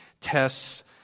tests